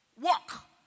Walk